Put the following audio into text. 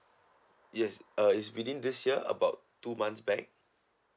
yes uh it's within this year about two months back